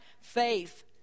faith